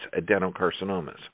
adenocarcinomas